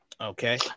Okay